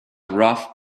rough